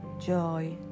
joy